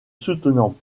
soutenant